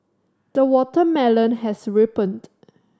the watermelon has ripened